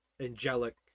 angelic